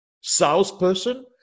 salesperson